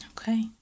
Okay